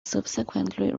subsequently